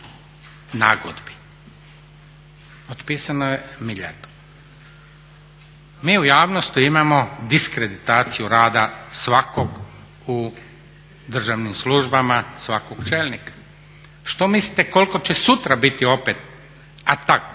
nagodbi. Otpisano je milijardu. Mi u javnosti imamo diskreditaciju rada svakog u državnim službama, svakog čelnika. Što mislite koliko će sutra biti opet ataka